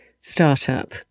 startup